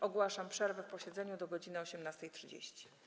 Ogłaszam przerwę w posiedzeniu do godz. 18.30.